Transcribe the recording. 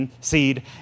seed